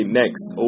next